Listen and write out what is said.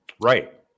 Right